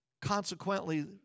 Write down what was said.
Consequently